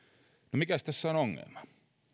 no mikäs tässä on ongelma